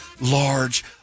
large